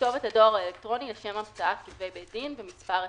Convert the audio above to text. כתובת הדואר האלקטרוני לשם המצאת כתבי בי-דין ומספר הטלפון,